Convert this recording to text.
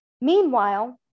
Meanwhile